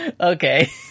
Okay